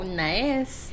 nice